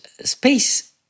space